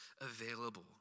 available